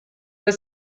but